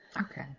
Okay